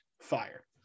fire